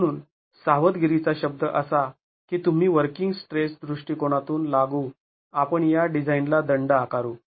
म्हणून सावधगिरीचा शब्द असा की तुम्ही वर्किंग स्ट्रेस दृष्टिकोनातून लागू आपण या डिझाइनला दंड आकारू